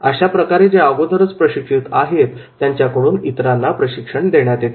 अशा प्रकारे जे अगोदरच प्रशिक्षित आहेत त्यांच्याकडून इतरांना प्रशिक्षण देण्यात येते